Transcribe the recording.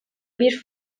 bir